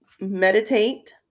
meditate